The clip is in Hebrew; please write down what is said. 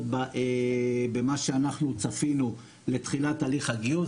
במה שאנחנו צפינו לתחילת הליך הגיוס.